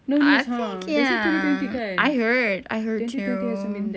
I think ya I heard I heard too